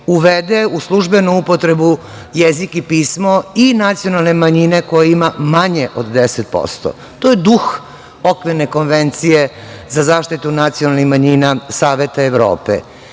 uvede u službenu upotrebu jezik i pismo i nacionalne manjine koja ima manje od 10%. To je duh Okvirne konvencije za zaštitu nacionalnih manjina Saveta Evrope.Zašto